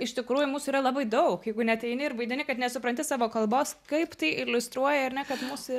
iš tikrųjų mūsų yra labai daug jeigu neateini ir vaidini kad nesupranti savo kalbos kaip tai iliustruoja ar ne kad mūsų